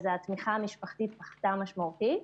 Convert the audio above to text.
אז התמיכה המשפחתית פחתה משמעותית,